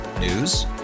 News